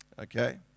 Okay